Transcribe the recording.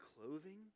clothing